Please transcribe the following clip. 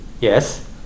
Yes